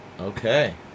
Okay